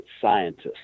scientists